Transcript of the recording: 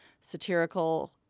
satirical